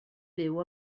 byw